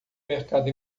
mercado